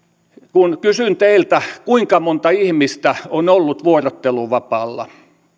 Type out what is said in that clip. kun kysyn teiltä kuinka monta ihmistä on ollut vuorotteluvapaalla